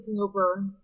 over